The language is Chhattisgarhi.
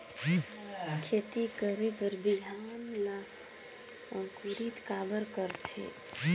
खेती करे बर बिहान ला अंकुरित काबर करथे?